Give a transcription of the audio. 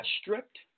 stripped